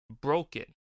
broken